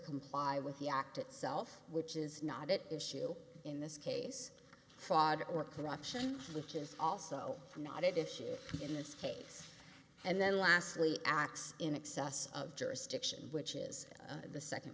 comply with the act itself which is not at issue in this case fraud or corruption which is also not it issue in this case and then lastly acts in excess of jurisdiction which is the second